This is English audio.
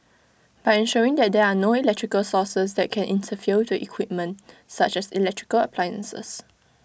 by ensuring that there are no electrical sources that can interfere with the equipment such as electrical appliances